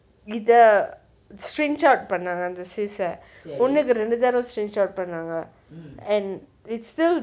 இத:ithe syringe out cyst eh பண்ணாங்க ஒன்னுக்கு ரெண்டு தடவ:pannanga onnukku rendu thadava syringe out பண்ணாங்க:pannanga